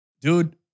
Dude